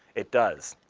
it does.